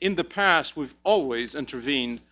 in the past we've always intervene